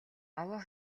овоо